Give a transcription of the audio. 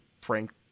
frank